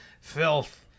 filth